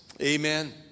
Amen